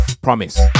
promise